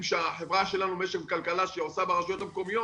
שהחברה למשק וכלכלה שעושה ברשויות המקומיות,